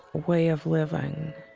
way of living.